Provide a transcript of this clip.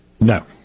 No